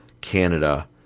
Canada